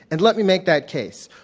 and let me make that case.